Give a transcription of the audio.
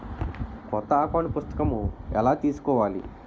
కొత్త అకౌంట్ పుస్తకము ఎలా తీసుకోవాలి?